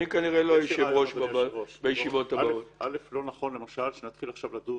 אדוני היושב-ראש, לא נכון שנתחיל עכשיו לדון